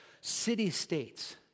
city-states